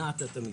הנעת את המשרד'.